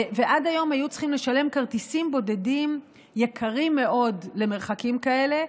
ועד היום היו צריכים לשלם על כרטיסים בודדים יקרים מאוד למרחקים כאלה.